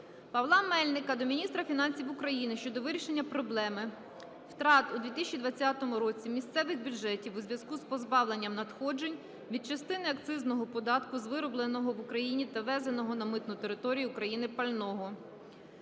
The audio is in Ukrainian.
Павла Мельника до міністра фінансів України щодо вирішення проблеми втрат у 2020 році місцевих бюджетів у зв'язку з позбавленням надходжень від частини акцизного податку з виробленого в Україні та ввезеного на митну територію України пального.